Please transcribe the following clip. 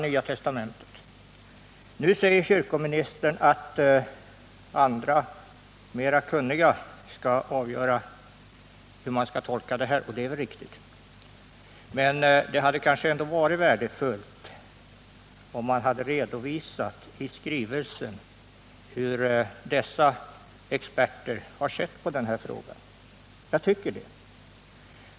Nu säger kommunministern att andra, mera sakkunniga personer skall avgöra hur man skall tolka detta, och det är väl riktigt. Men jag tycker ändå att det hade varit värdefullt om man hade skriftligt redovisat hur dessa experter har sett på frågan.